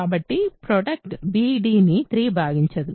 కాబట్టి product b dని 3 భాగించదు